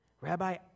Rabbi